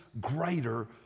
greater